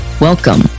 welcome